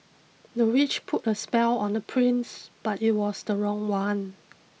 the witch put a spell on the prince but it was the wrong one